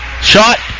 shot